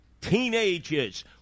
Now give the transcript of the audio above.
teenagers